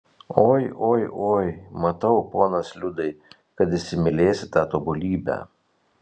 oi oi oi matau ponas liudai kad įsimylėsi tą tobulybę